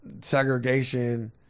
segregation